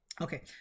Okay